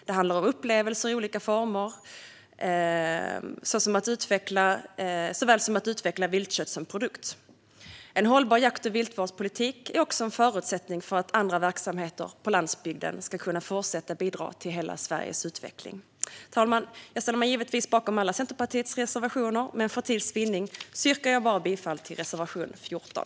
Det handlar om upplevelser i olika former såväl som att utveckla viltkött som produkt. En hållbar jakt och viltvårdspolitik är också en förutsättning för att andra verksamheter på landsbygden ska fortsätta bidra till hela Sveriges utveckling. Fru talman! Jag ställer mig givetvis bakom alla Centerpartiets reservationer, men för tids vinnande yrkar jag bifall enbart till reservation 14.